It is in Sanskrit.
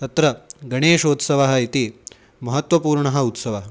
तत्र गणेशोत्सवः इति महत्त्वपूर्णः उत्सवः